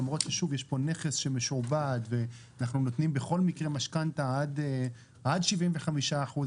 למרות שיש פה נכס שמשועבד ואנחנו נותנים בכל מקרה משכנתא עד 75 אחוז,